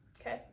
okay